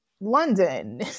london